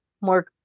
more